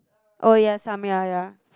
oh ya some ya ya